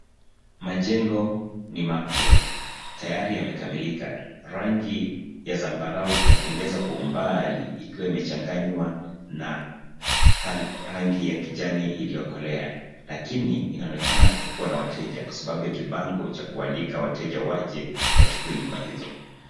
Majengo ni mapya. Tayari yamekamilika. Rangi ya zambarau inapendeza kwa umbali, ikiwa imechanganya na rangi ya kijani iliyokolea, lakini inaonekana kutokua na wateja kwa sababu ya kibango cha kualika wateja waje wachukue nyumba hizo.